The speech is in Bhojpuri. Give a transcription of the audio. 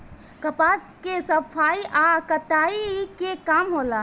कपास के सफाई आ कताई के काम होला